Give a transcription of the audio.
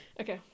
okay